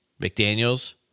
McDaniels